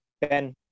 Ben